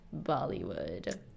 Bollywood